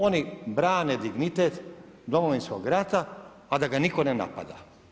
Oni brane dignitet Domovinskog rata a da ga nitko ne napada.